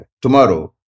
tomorrow